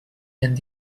and